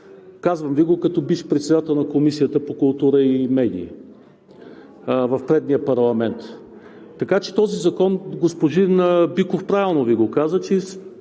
Казвам Ви го като бивш председател на Комисията по културата и медиите в предния парламент. Така че този закон – господин Биков правилно Ви каза, че